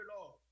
Lord